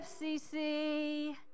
FCC